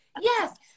Yes